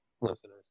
listeners